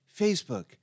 facebook